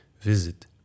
Visit